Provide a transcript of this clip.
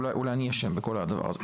אולי אני אשם בכל הדבר הזה,